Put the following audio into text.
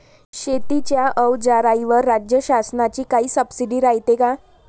शेतीच्या अवजाराईवर राज्य शासनाची काई सबसीडी रायते का?